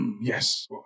Yes